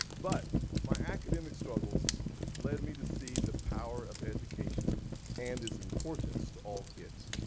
but my academic struggles led me to see the power of education and its importance to all kids,